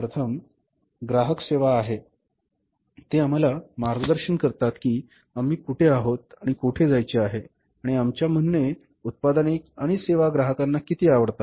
प्रथम ग्राहक सेवा आहे ते आम्हाला मार्गदर्शन करतात की आम्ही कुठे आहोत आणि कोठे जायचे आहे आणि आमच्या म्हणणे उत्पादने आणि सेवा ग्राहकांना किती आवडतात